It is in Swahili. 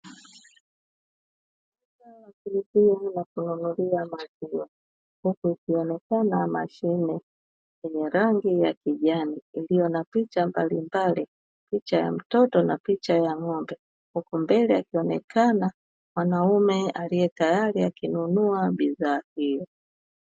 Duka la kununulia maziwa huku ikionekana mashine yenye rangi ya kijani picha ya mtoto na picha ya ng'ombe, huku mbele akionekana mwanaume aliye tayari akinunua bidhaa hiyo.